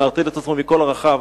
הוא מערטל את עצמו מכל ערכיו.